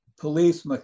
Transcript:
police